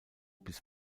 bis